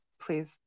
please